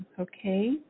okay